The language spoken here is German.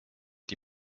die